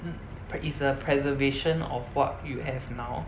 mm is a preservation of what you have now